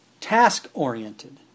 task-oriented